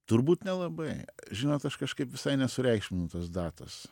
turbūt nelabai žinot aš kažkaip visai nesureikšminu tos datos